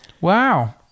Wow